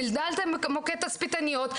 סנדלתם מוקד תצפיתניות,